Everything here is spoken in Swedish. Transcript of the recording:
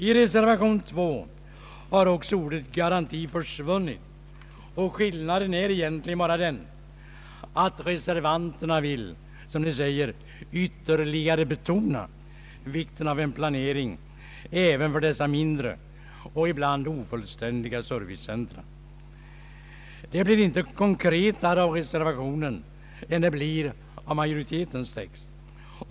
I reservationen 2 har också ordet garanti försvunnit, och skillnaden är egentligen bara den att reservanterna vill ”ytter ligare betona” vikten av en planering även för dessa mindre och ibland ofullständiga servicecentra. Det blir inte konkretare av reservationen än det blir av majoritetens text.